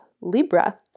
Libra